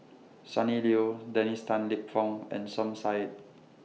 Sonny Liew Dennis Tan Lip Fong and Som Said